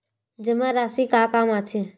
जमा राशि का काम आथे?